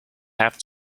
have